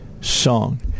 song